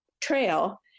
trail